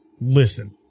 Listen